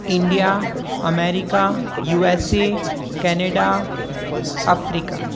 India America USA Canada Africa